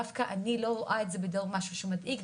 אני לא רואה את זה כמשהו מדאיג,